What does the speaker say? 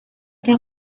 then